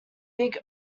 big